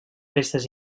restes